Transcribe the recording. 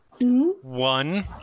One